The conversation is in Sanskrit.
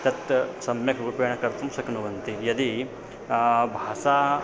तत् सम्यक् रूपेण कर्तुं शक्नुवन्ति यदि भाषा